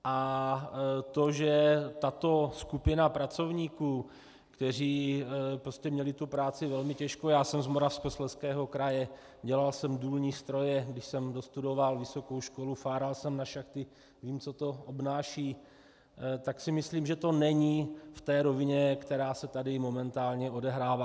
A to, že tato skupina pracovníků, kteří měli práci velmi těžkou já jsem z Moravskoslezského kraje, dělal jsem důlní stroje, když jsem dostudoval vysokou školu, fáral jsem na šachty, vím, co to obnáší tak si myslím, že to není v té rovině, která se tady momentálně odehrává.